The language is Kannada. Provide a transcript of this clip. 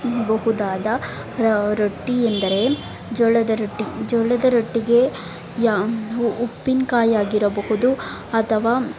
ಬಹುದಾದ ರೊಟ್ಟಿಯೆಂದರೆ ಜೋಳದ ರೊಟ್ಟಿ ಜೋಳದ ರೊಟ್ಟಿಗೆ ಯಾ ಉಪ್ಪಿನಕಾಯಿಯಾಗಿರಬಹುದು ಅಥವಾ